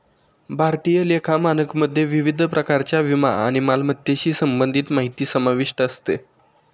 भारतीय लेखा मानकमध्ये विविध प्रकारच्या विमा आणि मालमत्तेशी संबंधित माहिती समाविष्ट असते